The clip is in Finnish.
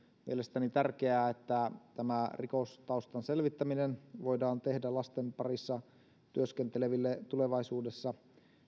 mielestäni tärkeää että tämä rikostaustan selvittäminen voidaan tehdä lasten parissa työskenteleville tulevaisuudessa